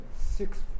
six